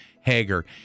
Hager